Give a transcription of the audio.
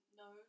no